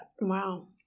Wow